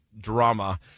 drama